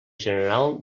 general